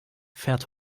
fährt